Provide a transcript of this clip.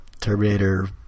Terminator